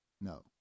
no